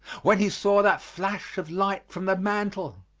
when he saw that flash of light from the mantel.